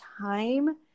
time